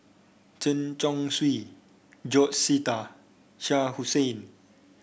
Chen Chong Swee George Sita Shah Hussain